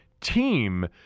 team